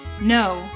No